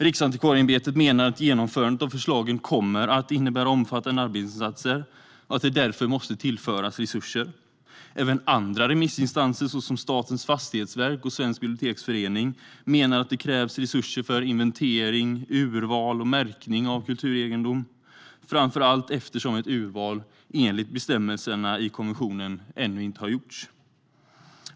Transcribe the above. Riksantikvarieämbetet menar att genomförandet av förslagen kommer att innebära omfattande arbetsinsatser och att det därför måste tillföras resurser. Även andra remissinstanser, såsom Statens fastighetsverk och Svensk biblioteksförening, menar att det krävs resurser för inventering, urval och märkning av kulturegendom, framför allt eftersom ett urval enligt bestämmelserna i konventionen ännu inte har gjorts.